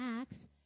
Acts